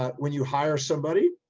ah when you hire somebody,